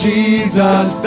Jesus